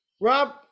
Rob